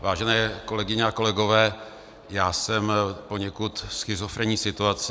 Vážené kolegyně a kolegové, já jsem v poněkud schizofrenní situaci.